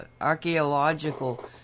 archaeological